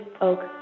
Oak